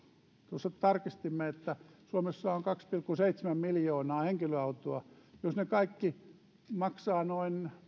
tuossa tarkistimme että suomessa on kaksi pilkku seitsemän miljoonaa henkilöautoa jos ne kaikki maksavat noin